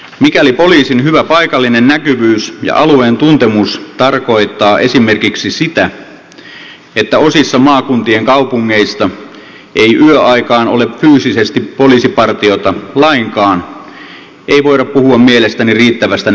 mikäli poliisin hyvä paikallinen näkyvyys ja alueentuntemus tarkoittaa esimerkiksi sitä että osissa maakuntien kaupungeista ei yöaikaan ole fyysisesti poliisipartiota lainkaan ei voida puhua mielestäni riittävästä näkyvyydestä